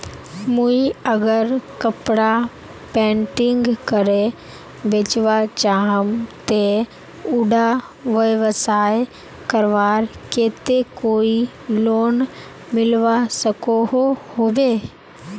मुई अगर कपड़ा पेंटिंग करे बेचवा चाहम ते उडा व्यवसाय करवार केते कोई लोन मिलवा सकोहो होबे?